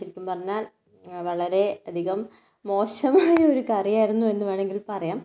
ശരിക്കും പറഞ്ഞാൽ വളരെയധികം മോശമായ കറിയായിരുന്നു എന്ന് വേണമെങ്കിൽ പറയാം